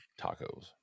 tacos